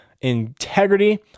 integrity